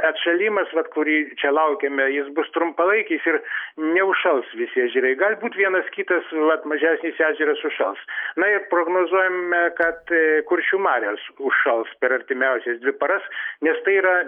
atšalimas vat kurį čia laukiame jis bus trumpalaikis ir neužšals visi ežerai gali būt vienas kitas mažesnis ežeras užšals na ir prognozuojame kad kuršių marios užšals per artimiausias dvi paras nes tai yra